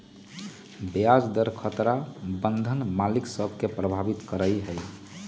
ब्याज दर खतरा बन्धन मालिक सभ के प्रभावित करइत हइ